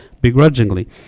begrudgingly